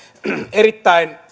erittäin